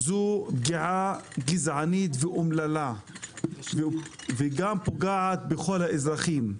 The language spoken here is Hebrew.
זו פגיעה גזענית ואומללה וגם פוגעת בכל האזרחים.